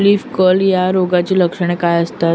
Leaf curl या रोगाची लक्षणे काय असतात?